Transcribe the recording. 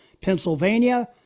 Pennsylvania